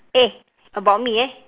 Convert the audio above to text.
eh about me eh